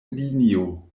linio